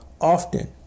often